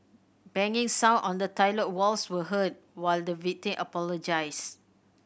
banging sound on the toilet walls were heard while the victim apologized